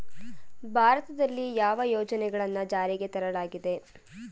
ಭಾರತದಲ್ಲಿ ಯಾವ ಯೋಜನೆಗಳನ್ನು ಜಾರಿಗೆ ತರಲಾಗಿದೆ?